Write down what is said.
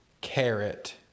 carrot